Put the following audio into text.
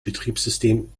betriebssystem